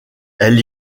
elle